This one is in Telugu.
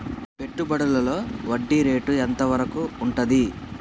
పెట్టుబడులలో వడ్డీ రేటు ఎంత వరకు ఉంటది?